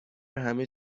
همه